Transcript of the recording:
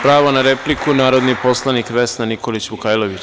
Pravo na repliku narodni poslanik Vesna Nikolić Vukajlović.